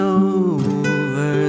over